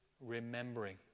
remembering